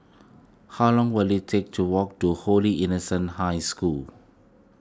how long will it take to walk to Holy Innocents' High School